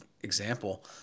example